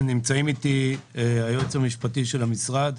נמצאים איתי היועץ המשפטי של המשרד,